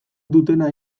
dutena